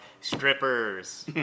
Strippers